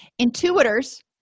Intuitors